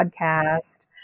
podcast